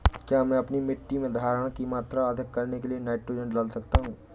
क्या मैं अपनी मिट्टी में धारण की मात्रा अधिक करने के लिए नाइट्रोजन डाल सकता हूँ?